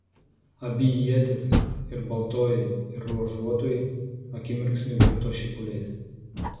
abi ietys ir baltoji ir ruožuotoji akimirksniu virto šipuliais